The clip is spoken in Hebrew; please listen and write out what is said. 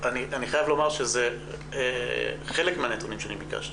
אני חייב לומר שזה חלק מהנתונים שביקשתי.